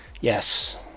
yes